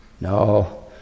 No